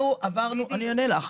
אני אענה לך.